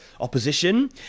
opposition